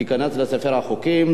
ותיכנס לספר החוקים.